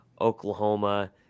Oklahoma